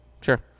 Sure